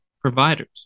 providers